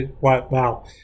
wow